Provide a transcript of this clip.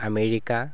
America